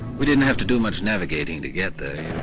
we didn't have to do much navigating to get there,